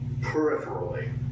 Peripherally